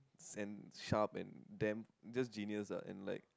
and sharp and damn just genius lah and like